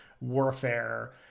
warfare